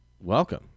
Welcome